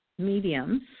mediums